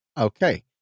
Okay